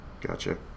Gotcha